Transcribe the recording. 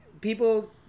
people